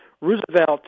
Roosevelt